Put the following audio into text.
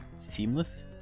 seamless